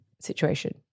situation